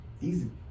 Easy